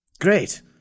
great